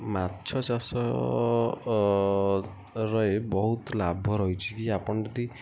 ମାଛ ଚାଷର ଏ ବହୁତ ଲାଭ ରହିଛି ଆପଣ ଯଦି